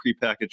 prepackaged